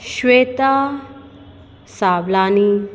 Shweta Savlani